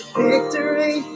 victory